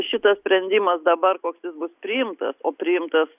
šitas sprendimas dabar koks jis bus priimtas o priimtas